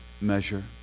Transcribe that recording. measure